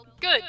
good